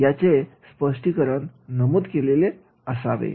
याचे स्पष्टीकरण नमूद केलेले असावे